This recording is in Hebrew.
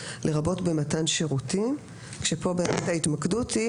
לרבות במתן שירותים - כאן ההתמקדות היא